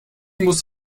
muss